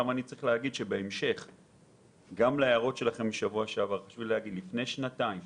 לפני שנתיים